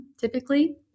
typically